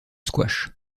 squash